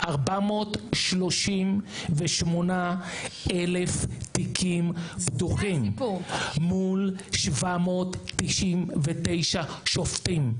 438 אלף תיקים פתוחים מול 799 שופטים.